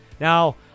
Now